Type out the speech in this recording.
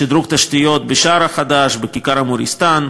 שדרוג תשתיות בשער החדש, בכיכר המוריסטאן,